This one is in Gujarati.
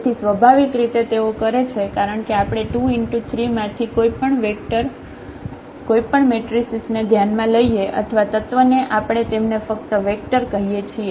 તેથી સ્વાભાવિક રીતે તેઓ કરે છે કારણ કે આપણે 23 માંથી કોઈપણ વેક્ટર કોઈપણ મેટ્રેસીસ ને ધ્યાન માં લઈએ અથવા તત્વ ને આપણે તેમને ફક્ત વેક્ટર કહીએ છીએ